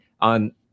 On